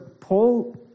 Paul